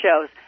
shows